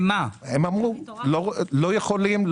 אמרו: לא יכולים.